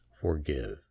forgive